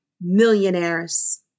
millionaires